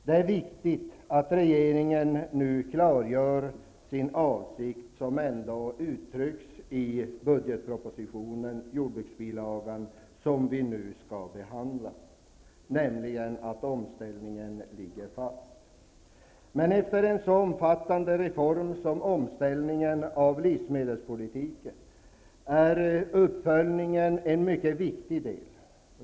Det är viktigt att regeringen nu klargör sin avsikt, som ändå uttrycks i budgetpropositionen, jordbruksbilagan, som vi nu skall behandla, nämligen att beslutet om omställningen ligger fast. Men efter en så omfattande reform som omställningen av livsmedelspolitiken är uppföljningen en mycket viktig sak.